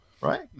right